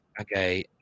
okay